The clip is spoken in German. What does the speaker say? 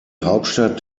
hauptstadt